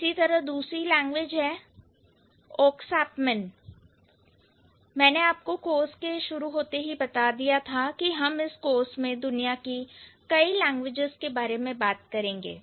इसी तरह दूसरी लैंग्वेज है Oksapmin मैंने आपको कोर्स के शुरू होते ही बता दिया था कि हम इस कोर्स में दुनिया की कई लैंग्वेजेज़ के बारे में बातें करेंगे